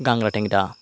গাগরা ট্যাংরা